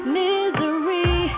misery